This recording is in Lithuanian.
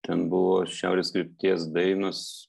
ten buvo šiaurės krypties dainos